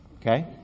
Okay